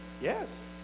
Yes